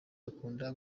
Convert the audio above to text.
akunda